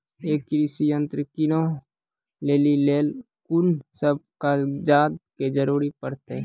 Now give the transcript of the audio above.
ई कृषि यंत्र किनै लेली लेल कून सब कागजात के जरूरी परतै?